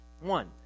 One